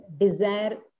desire